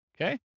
Okay